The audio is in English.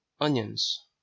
Onions